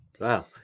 Wow